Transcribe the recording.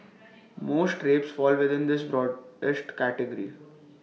most rapes fall within this broadest category